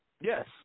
Yes